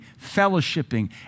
fellowshipping